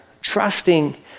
trusting